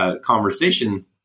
conversation